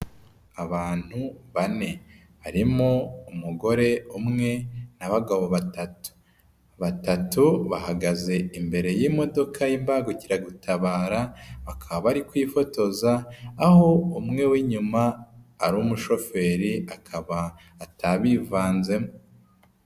Abantu bane harimo umugore umwe n'abagabo batatu. Batatu bahagaze imbere y'imodoka y'imbangukiragutabara bakaba ari kwifotoza, aho umwe w'inyuma ari umushoferi akaba atabivanzemo.